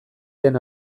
den